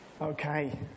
Okay